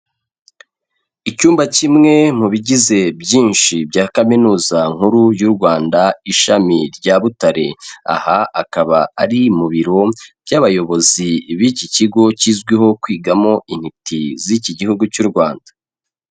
Icyumba kimwe mu bigize byinshi bya kaminuza nkuru y'u Rwanda ishami rya Butare, aha akaba ari mu biro by'abayobozi b'iki kigo kizwiho kwigamo intiti z'iki gihugu cy'u Rwanda.